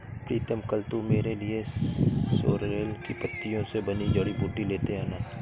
प्रीतम कल तू मेरे लिए सोरेल की पत्तियों से बनी जड़ी बूटी लेते आना